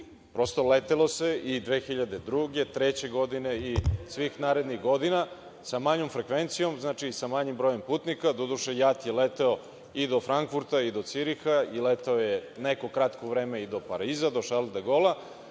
Prosto, letelo se i 2002, 2003. godine i svih narednih godina, sa manjom frekvencijom, sa manjim brojem putnika. Doduše, JAT je leteo i do Frankfurta i do Ciriha, leteo je neko kratko vreme i do Pariza, do „Šarl de Gola“,